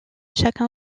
chaque